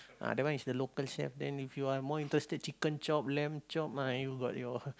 ah that one is the local chef then if you are more interested chicken chop lamb chop uh you got your